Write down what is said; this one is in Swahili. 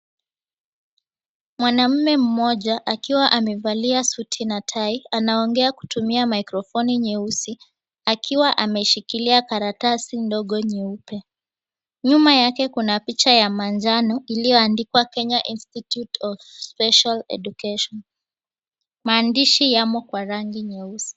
Mwanamune mmoja, akiwa amevalia suti na tai, anaongea kutumia mikrofoni nyeusi, akiwa ameshikilia karatasi ndogo nyeupe. Nyuma yake kuna picha ya manjano iliyoandikwa Kenya Institute of Special Education. Maandishi yamo kwa rangi nyeusi.